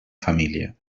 família